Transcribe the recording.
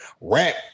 Rap